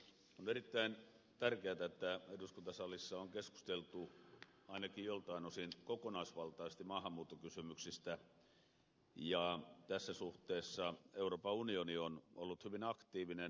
on erittäin tärkeätä että eduskuntasalissa on keskusteltu ainakin joltain osin kokonaisvaltaisesti maahanmuuttokysymyksistä ja tässä suhteessa euroopan unioni on ollut hyvin aktiivinen